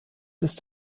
ist